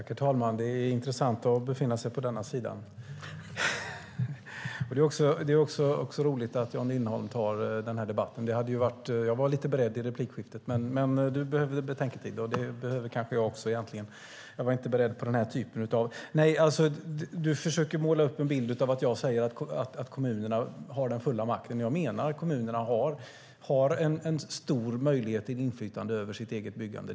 Herr talman! Det är intressant att befinna sig på den här sidan i debatten, och det är roligt att Jan Lindholm tar den. Jag var beredd i replikskiftet, men han behövde betänketid. Det behöver kanske jag också. Jag var inte riktigt beredd på det här. Jan Lindholm försöker måla upp någon bild av att jag säger att kommunerna har den fulla makten, men jag menar att kommunerna har en stor möjlighet till inflytande över sitt eget byggande.